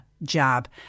Jab